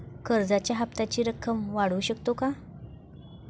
कर्जाच्या हप्त्याची रक्कम वाढवू शकतो का?